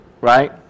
right